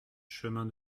chemin